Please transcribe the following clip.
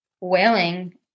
wailing